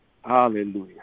Hallelujah